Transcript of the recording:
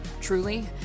truly